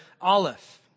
Aleph